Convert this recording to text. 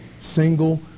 single